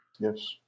yes